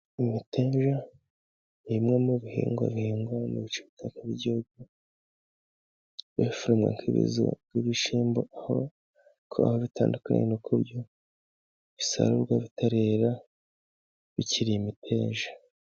Imiteja nimwe mu bihingwa, bihingwa mu bice bitadukanye by'igihugu, biforomye nk'ibishimbo aho kuba bitandukanye nuko byo bisarurwa bitarera bikiri imiteja.